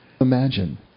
Imagine